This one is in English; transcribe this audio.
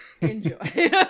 Enjoy